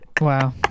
Wow